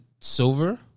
silver